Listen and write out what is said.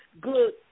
good